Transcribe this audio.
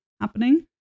happening